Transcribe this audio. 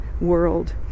world